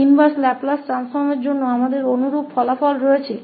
inverse Laplace परिवर्तन के लिए हमारे पास समान परिणाम है